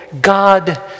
God